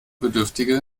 bedürftige